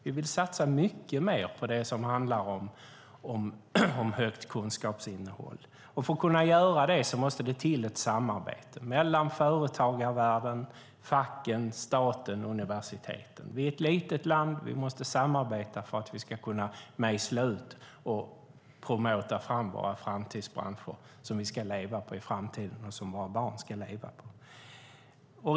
Vi vill satsa mycket mer på det som handlar om stort kunskapsinnehåll, och för att kunna göra det måste det till ett samarbete mellan företagarvärlden, facken, staten och universiteten. Vi är ett litet land, och vi måste samarbeta för att vi ska kunna mejsla ut och förmå att ta fram våra framtidsbranscher som vi och våra barn ska leva på i framtiden.